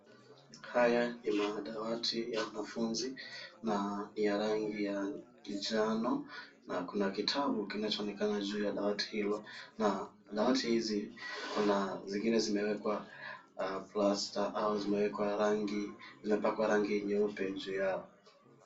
Haya ni madawati ya wanafunzi na ni ya rangi ya kinjano na kuna kitabu linaloonekana juu ya dawati hilo. Na dawati hizi kuna zingine zimewekwa plaster au zimepakwa rangi nyeupe nje yao.